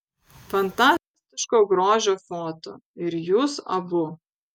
fantastiško grožio foto ir jūs abu